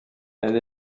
elle